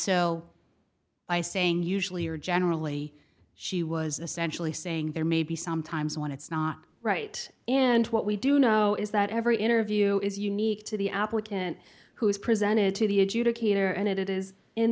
so by saying usually or generally she was essentially saying there may be some times when it's not right and what we do know is that every interview is unique to the applicant who is presented to the adjudicator and it is i